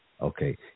okay